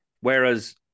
Whereas